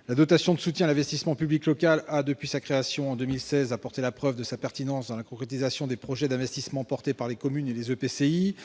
l'amendement n° II-670 rectifié. La DSIL a, depuis sa création en 2016, apporté la preuve de sa pertinence dans la concrétisation des projets d'investissement engagés par les communes et les EPCI.